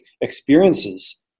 experiences